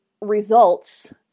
results